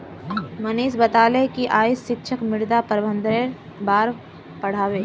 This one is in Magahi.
मनीष बताले कि आइज शिक्षक मृदा प्रबंधनेर बार पढ़ा बे